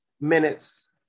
minutes